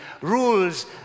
rules